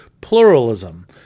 pluralism